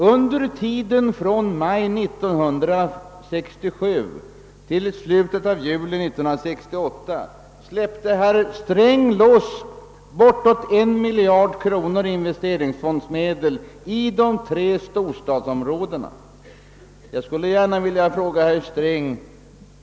Under tiden maj 1967 till slutet av juli 1968 släppte herr Sträng loss bortåt en miljard kronor i investeringsfondsmedel i de tre storstadsområdena.